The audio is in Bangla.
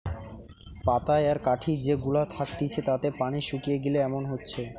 পাতায় আর কাঠি যে গুলা থাকতিছে তাতে পানি শুকিয়ে গিলে এমন হচ্ছে